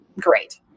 great